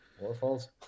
waterfalls